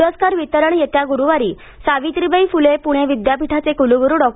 प्रस्कार वितरण येत्या गुरूवारी सावित्रीबाई फुले पुणे विद्यापीठाचे कुलगुरू डॉ